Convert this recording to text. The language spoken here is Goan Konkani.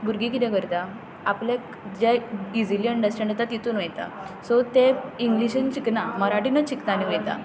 भुरगीं किदें करता आपल्याक जे इजिली अंडस्टँँण जाता तितून वयता सो ते इंग्लिशीन शिकना मराठीनूत शिकता आनी वयता